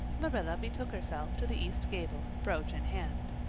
marilla betook herself to the east gable, brooch in hand.